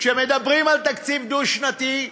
כשמדברים על תקציב דו-שנתי,